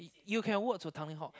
you can walk to Tanglin Halt